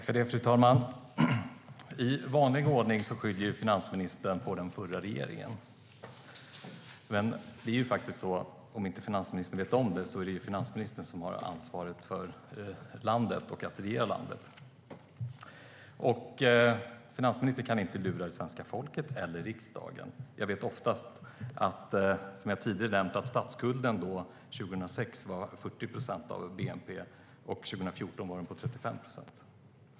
Fru talman! I vanlig ordning skyller finansministern på den förra regeringen. Men det är faktiskt finansministern och regeringen som har ansvar för att regera landet. Finansministern kan inte lura svenska folket eller riksdagen. Som jag tidigare har nämnt var statsskulden 40 procent av bnp 2006. År 2014 var den 35 procent.